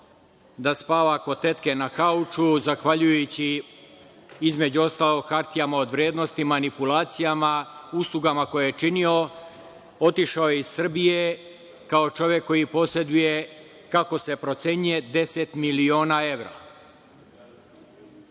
da spava kod tetke na kauču, zahvaljujući, između ostalog, hartijama od vrednosti, manipulacijama, uslugama koje je činio, otišao je iz Srbije kao čovek koji poseduje, kako se procenjuje, 10 miliona